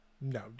No